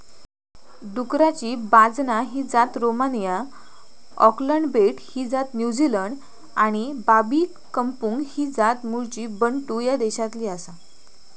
डुकराची बाजना ही जात रोमानिया, ऑकलंड बेट ही जात न्युझीलंड आणि बाबी कंपुंग ही जात मूळची बंटू ह्या देशातली आसा